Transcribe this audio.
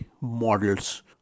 models